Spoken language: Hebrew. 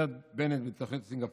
אומר בנט בתוכנית סינגפור,